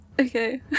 Okay